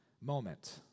moment